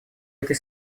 этой